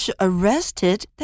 Arrested